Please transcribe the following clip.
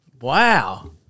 Wow